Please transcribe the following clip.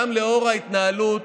גם לאור ההתנהלות,